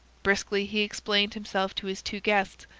briskly he explained himself to his two guests.